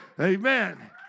Amen